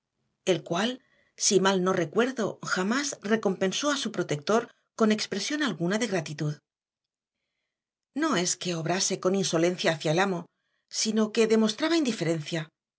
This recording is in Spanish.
el cual si mal no recuerdo jamás recompensó a su protector con expresión alguna de gratitud no es que obrase con insolencia hacia el amo sino que demostraba indiferencia